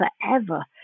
forever